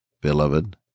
beloved